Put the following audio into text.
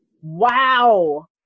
Wow